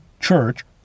Church